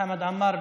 חמד עמאר,